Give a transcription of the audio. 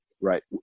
Right